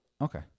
Okay